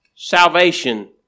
Salvation